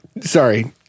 Sorry